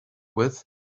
with